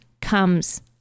comes